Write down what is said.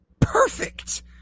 Perfect